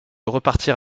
repartir